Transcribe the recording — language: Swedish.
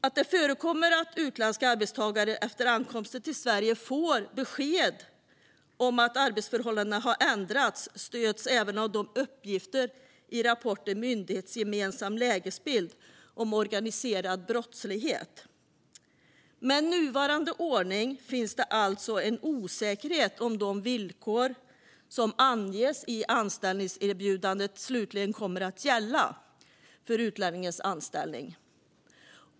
Att det förekommer att utländska arbetstagare efter ankomsten till Sverige får besked om att arbetsförhållandena har ändrats stöds även av uppgifter i rapporten Myndighetsgemensam lägesbild - organiserad brottslighet 2021 . Med nuvarande ordning finns det alltså en osäkerhet om de villkor som anges i anställningserbjudandet slutligen kommer att gälla för utlänningens anställning.